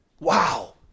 Wow